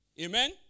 Amen